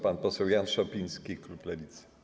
Pan poseł Jan Szopiński, klub Lewicy.